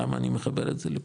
למה אני מחבר את זה לפה?